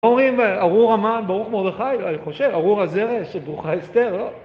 אומרים ארור המן ברוך מרדכי, אני חושב, ארור הזרש וברוכה אסתר, לא?